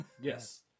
Yes